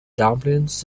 dumplings